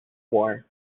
war